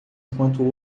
enquanto